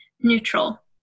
neutral